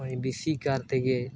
ᱦᱚᱜᱼᱚᱭ ᱵᱮᱥᱤᱠᱟᱨ ᱛᱮᱜᱮ